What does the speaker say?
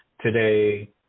Today